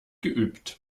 geübt